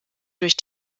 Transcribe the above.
durch